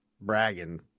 bragging